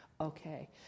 Okay